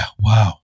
Wow